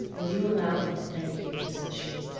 will you allow me to thank you, said she,